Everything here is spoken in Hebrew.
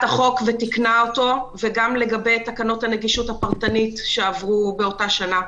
החוק ותיקנה אותו וגם לגבי תקנות הנגישות הפרטנית שעברו באותה שנה.